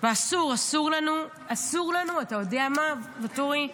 אסור, אסור לנו, אתה יודע מה, ואטורי?